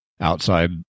outside